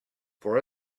for